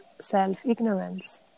self-ignorance